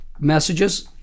messages